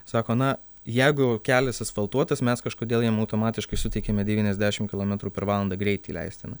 sako na jeigu jau kelias esfaltuotas mes kažkodėl jam automatiškai suteikiame devyniasdešim kilometrų per valandą greitį leistiną